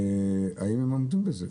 האם הם עומדים בזה?